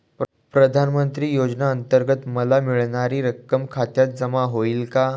प्रधानमंत्री योजनेअंतर्गत मला मिळणारी रक्कम खात्यात जमा होईल का?